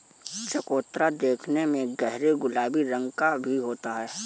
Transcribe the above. चकोतरा देखने में गहरे गुलाबी रंग का भी होता है